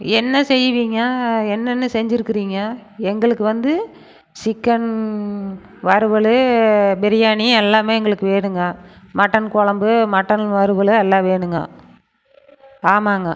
என்ன செய்வீங்க என்னென்ன செஞ்சுருக்குறீங்க எங்களுக்கு வந்து சிக்கன் வருவல் பிரியாணி எல்லாமே எங்களுக்கு வேணுங்க மட்டன் குழம்பு மட்டன் வருவல் எல்லாம் வேணுங்க ஆமாம்ங்க